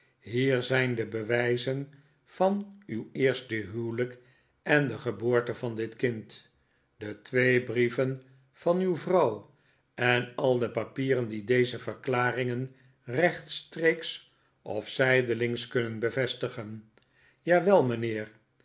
hier zijn de bewijzen van uw eerste huwelijk en de geboorte van dit kind de twee brieven van uw vrouw en al de papieren die deze verklaringen rechtstreeks of zijdelings kunnen bevestigen jawel mijnheer